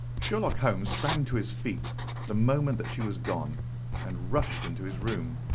sherlock holmes sprang to his feet the moment that she was gone and rushed into his room.